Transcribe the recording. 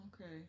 Okay